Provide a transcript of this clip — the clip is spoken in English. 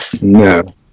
no